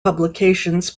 publications